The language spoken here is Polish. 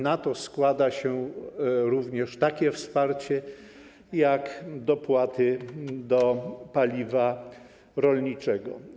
Na to składa się również takie wsparcie, jak dopłaty do paliwa rolniczego.